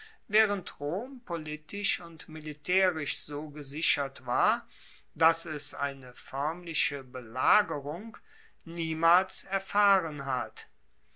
waehrend rom politisch und militaerisch so gesichert war dass es eine foermliche belagerung niemals erfahren hat